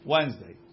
Wednesday